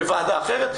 בוועדה אחרת,